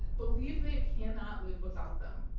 believe they cannot live without them.